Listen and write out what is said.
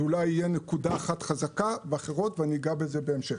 זה אולי יהיה נקודה אחת חזקה ואחרות ואני אגע בזה בהמשך.